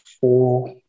four